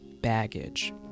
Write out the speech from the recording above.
baggage